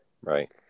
right